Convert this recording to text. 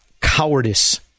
cowardice